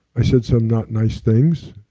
i said some not nice things,